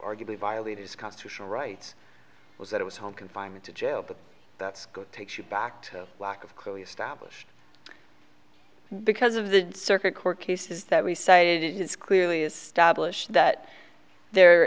you violate his constitutional rights was that it was home confinement to jail but that's good takes you back to lack of clearly established because of the circuit court cases that we cited it is clearly established that there